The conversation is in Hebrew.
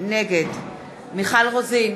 נגד מיכל רוזין,